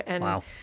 Wow